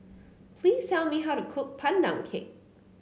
please tell me how to cook Pandan Cake